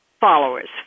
Followers